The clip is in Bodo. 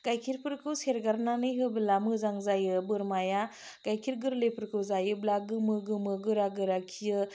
गायखेरफोरखौ सेरगारनानै होब्ला मोजां जायो बोरमाया गायखेर गोरलैफोरखौ जायोब्ला गोमो गोमो गोरा गोरा खियो